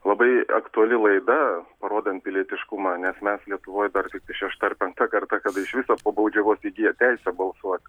labai aktuali laida parodant pilietiškumą nes mes lietuvoj dar tiktai šešta ar penkta karta kada iš viso po baudžiavos įgiję teisę balsuot